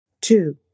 two